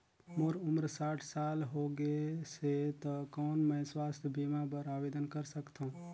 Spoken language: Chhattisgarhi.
मोर उम्र साठ साल हो गे से त कौन मैं स्वास्थ बीमा बर आवेदन कर सकथव?